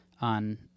on